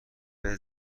بهت